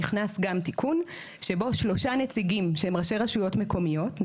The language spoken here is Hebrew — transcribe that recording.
נכנס גם תיקון שבו שלושה נציגים שהם ראשי רשויות מקומיות,